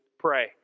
pray